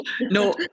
no